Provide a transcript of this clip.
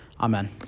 Amen